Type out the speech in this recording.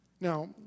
Now